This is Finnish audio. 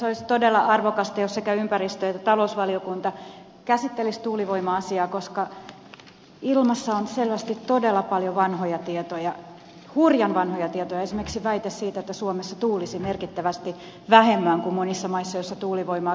olisi todella arvokasta jos sekä ympäristö että talousvaliokunta käsittelisivät tuulivoima asiaa koska ilmassa on selvästi todella paljon vanhoja tietoja hurjan vanhoja tietoja esimerkiksi väite siitä että suomessa tuulisi merkittävästi vähemmän kuin monissa maissa joissa tuulivoimaa käytetään